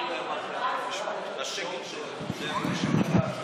לשקל שהם משלמים לעצמאים.